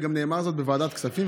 זה נאמר גם בוועדת הכספים,